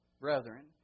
brethren